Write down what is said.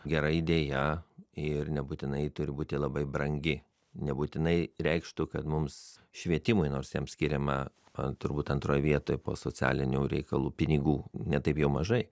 gera idėja ir nebūtinai ji turi būti labai brangi nebūtinai reikštų kad mums švietimui nors jam skiriama a turbūt antroj vietoje po socialinių reikalų pinigų ne taip jau mažai